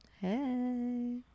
hey